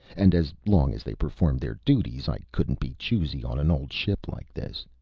and as long as they performed their duties, i couldn't be choosy on an old ship like this.